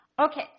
Okay